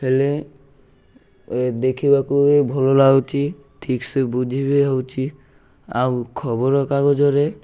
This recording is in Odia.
ହେଲେ ଦେଖିବାକୁବି ଭଲ ଲାଗୁଛି ଠିକ୍ ସେ ବୁଝି ବି ହେଉଛି ଆଉ ଖବରକାଗଜରେ